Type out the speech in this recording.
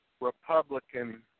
Republican